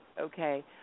Okay